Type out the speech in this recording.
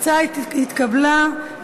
ההצעה התקבלה,